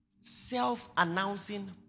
Self-announcing